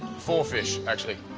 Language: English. four fish, actually.